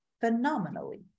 phenomenally